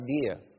idea